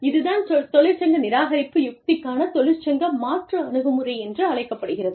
இது தான் தொழிற்சங்க நிராகரிப்பு யுக்திக்கான தொழிற்சங்க மாற்று அணுகுமுறை என்று அழைக்கப்படுகிறது